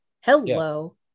Hello